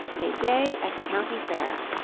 a day at the county fair,